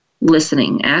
listening